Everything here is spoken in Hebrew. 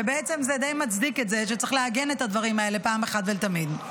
ובעצם זה די מצדיק את זה שצריך לעגן את הדברים האלה פעם אחת ולתמיד,